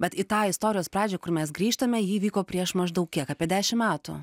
bet į tą istorijos pradžią kur mes grįžtame ji įvyko prieš maždaug kiek apie dešim metų